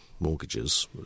mortgages